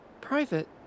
Private